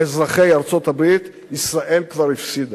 אזרחי ארצות-הברית ישראל כבר הפסידה.